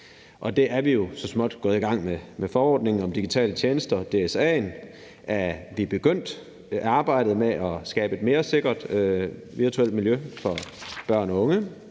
og det er vi jo så småt gået i gang med. Med forordningen om digitale tjenester, DSA'en, har vi begyndt arbejdet med at skabe et mere sikkert virtuelt miljø for børn og unge.